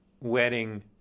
wedding